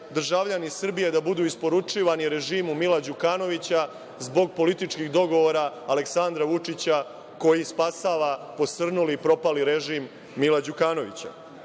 državljani Srbije da budu isporučivani režimu Mila Đukanovića zbog političkih dogovora Aleksandra Vučića koji spasava posrnuli propali režim Mila Đukanović. Isto